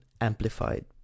amplified